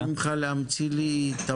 אבל לא ביקשתי ממך להמציא לי טבלאות.